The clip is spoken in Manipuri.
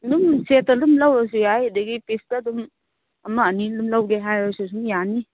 ꯑꯗꯨꯝ ꯁꯦꯠꯇꯣ ꯑꯗꯨꯝ ꯂꯧꯔꯁꯨ ꯌꯥꯏ ꯑꯗꯒꯤꯗꯤ ꯄꯤꯁꯇ ꯑꯗꯨꯝ ꯑꯃ ꯑꯅꯤ ꯑꯗꯨꯝ ꯂꯧꯒꯦ ꯍꯥꯏꯔꯁꯨ ꯑꯁꯨꯝ ꯌꯥꯅꯤ